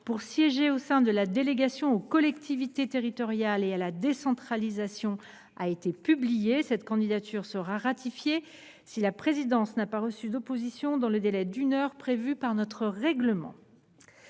pour siéger au sein de la délégation aux collectivités territoriales et à la décentralisation a été publiée. Cette candidature sera ratifiée si la présidence n’a pas reçu d’opposition dans le délai d’une heure prévu par notre règlement.